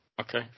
Okay